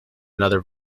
another